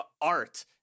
art